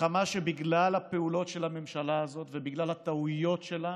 מלחמה שבגלל הפעולות של הממשלה הזאת ובגלל הטעויות שלה